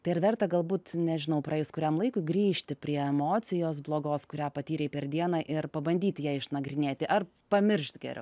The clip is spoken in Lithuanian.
tai ar verta galbūt nežinau praėjus kuriam laikui grįžti prie emocijos blogos kurią patyrei per dieną ir pabandyti ją išnagrinėti ar pamiršt geriau